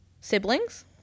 siblings